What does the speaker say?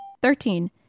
Thirteen